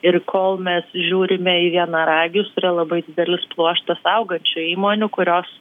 ir kol mes žiūrime į vienaragius yra labai didelis pluoštas augančių įmonių kurios